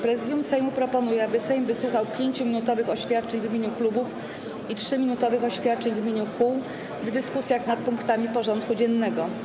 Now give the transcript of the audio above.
Prezydium Sejmu proponuje, aby Sejm wysłuchał 5-minutowych oświadczeń w imieniu klubów i 3-miniutowych oświadczeń w imieniu kół w dyskusjach nad punktami porządku dziennego.